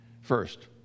First